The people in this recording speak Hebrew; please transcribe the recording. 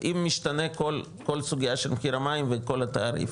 עם משתנה כל סוגייה של מחיר המים וכל התעריף,